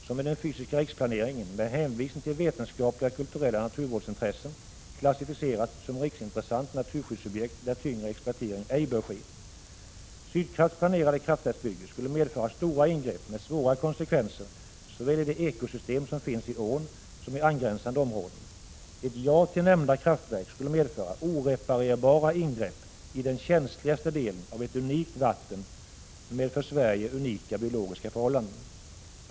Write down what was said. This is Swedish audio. Emån har, med hänvisning till vetenskapliga och kulturella naturvårdsintressen i den fysiska riksplaneringen klassificerats som riksintressant naturskyddsobjekt där tyngre exploatering ej bör ske. Sydkrafts planerade kraftverksbygge skulle medföra stora ingrepp med svåra konsekvenser i såväl det ekosystem som finns i ån som i angränsande områden. Ett ja till nämnda kraftverk skulle medföra oreparerbara ingrepp i den känsligaste delen av ett unikt vattendrag med för Sverige unika biologiska förhållanden.